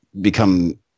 become